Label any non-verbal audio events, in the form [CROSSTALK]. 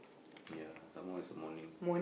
[NOISE] ya someone is a morning